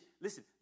listen